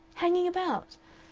hanging about!